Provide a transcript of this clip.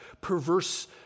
perverse